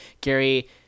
Gary